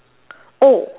oh